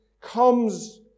comes